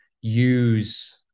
use